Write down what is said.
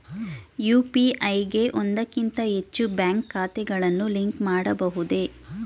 UPI ಗೆ ಒಂದಕ್ಕಿಂತ ಹೆಚ್ಚು ಬ್ಯಾಂಕ್ ಖಾತೆಗಳನ್ನು ಲಿಂಕ್ ಮಾಡಬಹುದೇ?